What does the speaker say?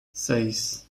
seis